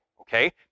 okay